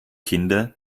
kinder